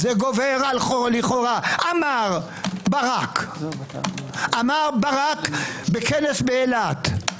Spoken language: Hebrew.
אמר ברק בכנס באילת,